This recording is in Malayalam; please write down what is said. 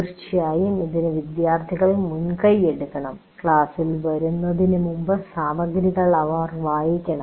തീർച്ചയായും ഇതിന് വിദ്യാർത്ഥികൾ മുൻകൈ എടുക്കണം ക്ലാസ്സിൽ വരുന്നതിനു മുമ്പ് സാമഗ്രികൾ അവർ വായിക്കണം